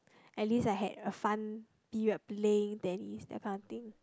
at least I had a fun period of play then that kind of thing